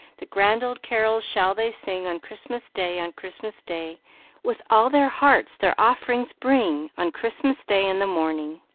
the grand old carols shall they sing on christmas day, on christmas day with all their hearts, their offerings bring on christmas day in the morning.